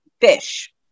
fish